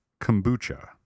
kombucha